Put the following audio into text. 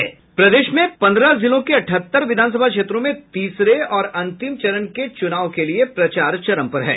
प्रदेश में पन्द्रह जिलों के अठहत्तर विधानसभा क्षेत्रों में तीसरे और अंतिम चरण के चुनाव के लिए प्रचार चरम पर है